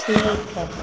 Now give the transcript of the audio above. ठीक हइ